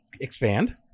Expand